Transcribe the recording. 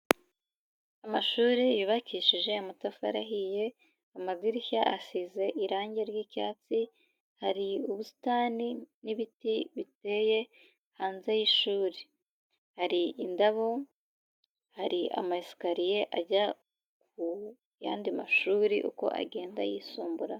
Amashuri yubakishije amatafari ahiye, amadirishya asize irangi ry'icyatsi, hari ubusitani n'ibiti biteye hanze y'ishuri, hari indabo, hari ama esikariye ajya ku yandi mashuri uko agenda yisumbuye.